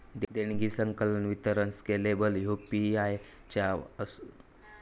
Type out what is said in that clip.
देणगी, संकलन, वितरण स्केलेबल ह्ये यू.पी.आई च्या आजून सेवा आसत